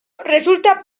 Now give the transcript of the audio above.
resulta